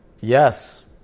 yes